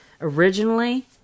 Originally